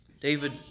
David